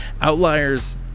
Outliers